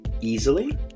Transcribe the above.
easily